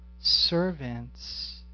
servants